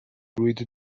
read